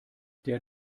der